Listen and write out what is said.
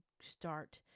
start